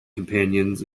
companions